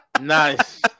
Nice